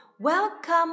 Welcome